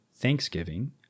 Thanksgiving